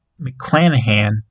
McClanahan